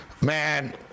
man